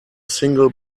single